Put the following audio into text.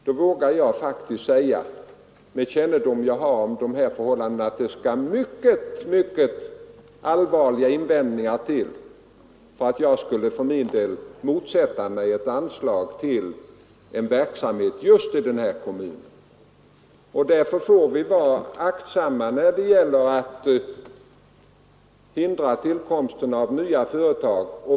Då vågar jag faktiskt säga, med den kännedom jag har om förhållandena i kommunen, att det skall mycket allvarliga invändningar till för att jag för min del skall motsätta mig ett anslag till verksamhet just i den här kommunen. Vi får vara aktsamma och inte hindra tillkomsten av nya företag.